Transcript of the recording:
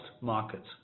markets